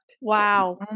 Wow